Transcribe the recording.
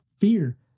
Fear